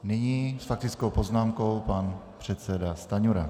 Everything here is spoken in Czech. Nyní s faktickou poznámkou pan předseda Stanjura.